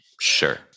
Sure